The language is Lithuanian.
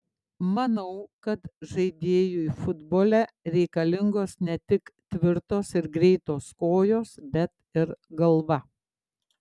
manau kad žaidėjui futbole reikalingos ne tik tvirtos ir greitos kojos bet ir galva